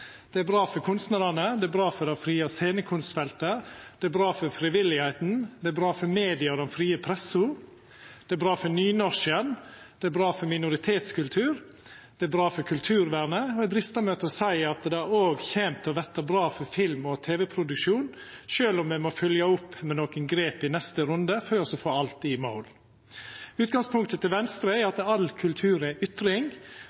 bra for frivilligheita, det er bra for media og den frie pressa, det er bra for nynorsken, det er bra for minoritetskultur, og det er bra for kulturvernet. Eg dristar meg til å seia at det òg kjem til å verta bra for film- og tv-produksjon, sjølv om me må fylgja opp med nokre grep i neste runde for å få alt i mål. Utgangspunktet til Venstre er at all kultur er ytring,